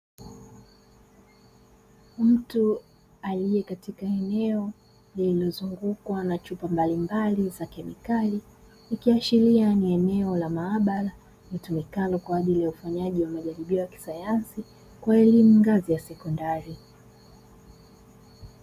Mtu aliye katika eneo lililozungukwa na chumba mbalimbali za kimekali, ikiashiria ni eneo la maabara litumikalo kwa ajili ya ufanyaji wa majaribio ya kisayansi, kwa elimu ngazi ya sekondari.